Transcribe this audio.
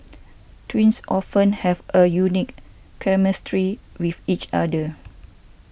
twins often have a unique chemistry with each other